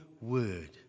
word